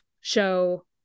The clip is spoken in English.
show